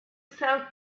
sell